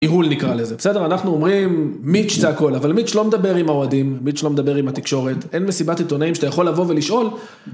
ניהול נקרא לזה, בסדר אנחנו אומרים מיץ' זה הכל, אבל מיץ' לא מדבר עם האו דים, מיץ' לא מדבר עם התקשורת, אין מסיבת עיתונאים שאתה יכול לבוא ולשאול